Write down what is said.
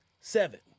seven